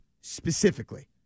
specifically